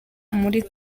muri